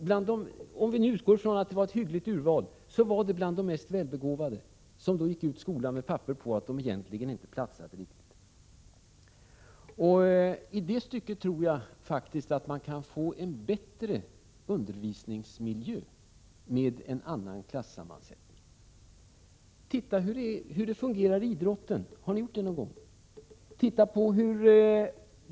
Och om vi utgår ifrån att urvalet var hyggligt hände det alltså bland de mest välbegåvade att de gick ut skolan med papper på att de egentligen inte platsade riktigt. I det stycket tror jag faktiskt att man kan få en bättre undervisningsmiljö med en annan klassammansättning. Titta på hur det fungerar i idrotten! Har ni gjort det någon gång?